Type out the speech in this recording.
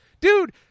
Dude